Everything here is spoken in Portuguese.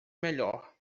melhor